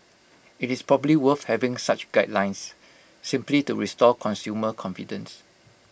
IT is probably worth having such guidelines simply to restore consumer confidence